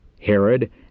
Herod